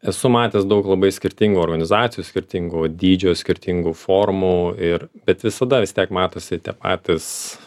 esu matęs daug labai skirtingų organizacijų skirtingo dydžio skirtingų formų ir bet visada vis tiek matosi tie patys